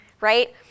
right